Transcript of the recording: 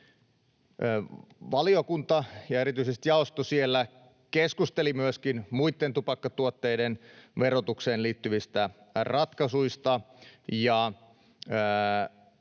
Valiokunta, ja erityisesti jaosto siellä, keskusteli myöskin muitten tupakkatuotteiden verotukseen liittyvistä ratkaisuista